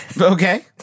Okay